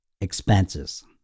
expenses